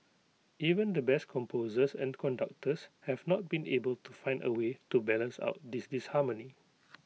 even the best composers and conductors have not been able to find A way to balance out this disharmony